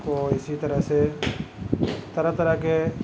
کو اسی طرح سے طرح طرح کے